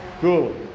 cool